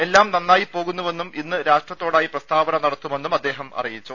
എല്ലാം നന്നായി പോകുന്നുവെന്നും ഇന്ന് രാഷ്ട്രത്തോടായി പ്രസ്താവന നടത്തുമെന്നും അദ്ദേഹം അറിയിച്ചു